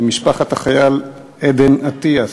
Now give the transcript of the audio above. למשפחת החייל עדן אטיאס,